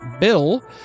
bill